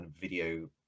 video